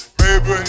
baby